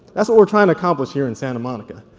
that's what we're trying to accomplish here in santa monica.